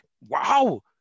Wow